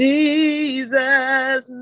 Jesus